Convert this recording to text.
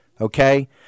Okay